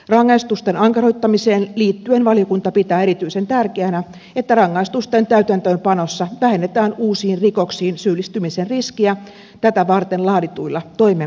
rangaistusten ankaroittamiseen liittyen valiokunta pitää erityisen tärkeänä että rangaistusten täytäntöönpanossa vähennetään uusiin rikoksiin syyllistymisen riskiä tätä varten laadituilla toimintaohjelmilla